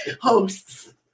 hosts